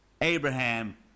Abraham